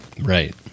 right